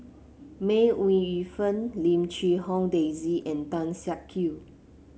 May Ooi Yu Fen Lim Quee Hong Daisy and Tan Siak Kew